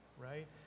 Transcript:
right